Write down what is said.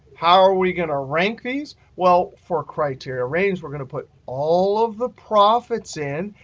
how are we going to rank these? well, for criteria range we're going to put all of the profits in,